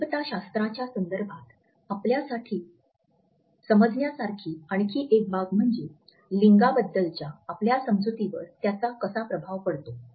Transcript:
समीपताशास्त्राच्या संदर्भात आपल्यासाठी समजण्यासारखी आणखी एक बाब म्हणजे लिंगाबद्दलच्या आपल्या समजुतीवर त्याचा कसा प्रभाव पडतो